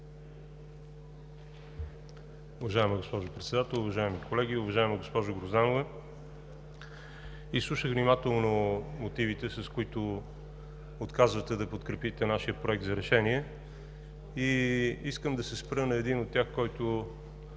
Уважаема госпожо Председател, уважаеми колеги! Уважаема госпожо Грозданова, изслушах внимателно мотивите, с които отказвате да подкрепите нашия проект на решение, и искам да се спра на един от тях, който